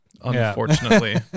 Unfortunately